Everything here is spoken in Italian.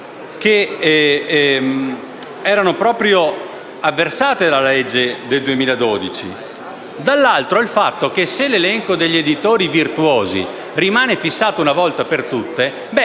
dall'altro, il fatto che se l'elenco degli editori virtuosi rimane fissato una volta per tutte,